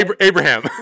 Abraham